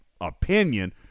opinion